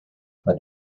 for